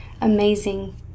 amazing